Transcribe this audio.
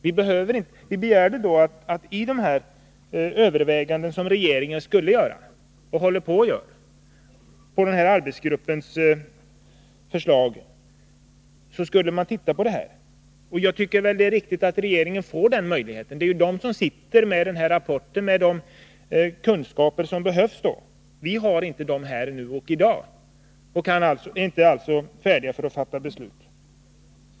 Vi begärde då att regeringen vid sina överväganden med anledning av arbetsgruppens förslag skulle titta på detta. Jag tycker det är riktigt att regeringen får den möjligheten. Det är regeringen som har rapporten och tillgång till de kunskaper som behövs. Vi har inte det i dag och är därför inte färdiga att fatta beslut.